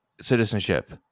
citizenship